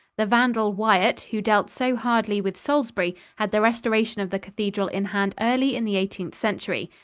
the vandal wyatt, who dealt so hardly with salisbury, had the restoration of the cathedral in hand early in the eighteenth century.